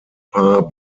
paar